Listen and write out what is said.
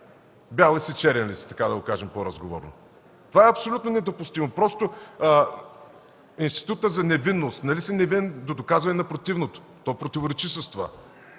бял ли си, черен ли си, да го кажем по-разговорно. Това е абсолютно недопустимо! Институтът за невинност – нали си невинен до доказване на противното? То противоречи с това.